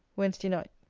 wednesday night.